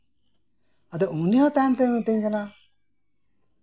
ᱟᱫᱚ ᱩᱱᱤᱦᱚᱸ ᱛᱟᱭᱚᱢᱛᱮ ᱢᱮᱛᱟᱧ ᱠᱟᱱᱟ